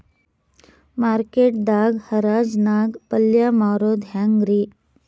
Market ದಾಗ್ ಹರಾಜ್ ನಾಗ್ ಪಲ್ಯ ಮಾರುದು ಹ್ಯಾಂಗ್ ರಿ?